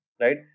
right